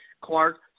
Clark